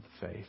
faith